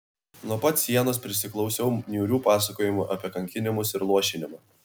nuo pat sienos prisiklausiau niūrių pasakojimų apie kankinimus ir luošinimą